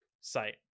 site